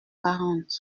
quarante